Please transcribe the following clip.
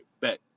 bet